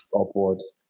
upwards